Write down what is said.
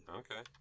okay